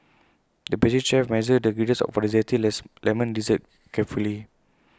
the pastry chef measured the ingredients for A Zesty Lemon Dessert carefully